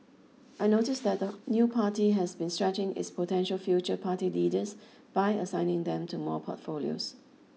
I noticed that the new party has been stretching its potential future party leaders by assigning them to more portfolios